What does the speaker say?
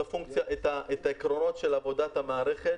זה אומר את העקרונות של עבודת המערכת,